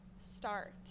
start